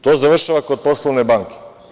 To završava kod poslovne banke.